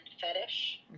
fetish